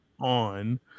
on